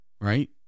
right